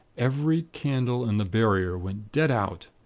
every candle in the barrier went dead out,